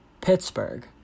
Pittsburgh